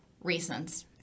reasons